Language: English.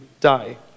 die